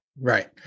Right